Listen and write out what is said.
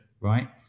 right